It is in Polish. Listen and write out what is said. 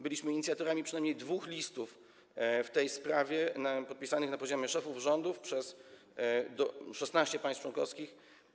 Byliśmy inicjatorami przynajmniej dwóch listów w tej sprawie, podpisanych na poziomie szefów rządów przez 16 państw członkowskich.